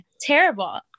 terrible